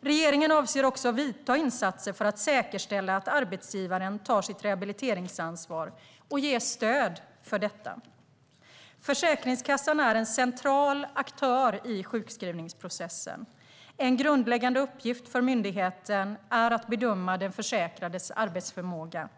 Regeringen avser också att göra insatser för att säkerställa att arbetsgivaren tar sitt rehabiliteringsansvar och ges stöd för detta. Försäkringskassan är en central aktör i sjukskrivningsprocessen. En grundläggande uppgift för myndigheten är att bedöma den försäkrades arbetsförmåga.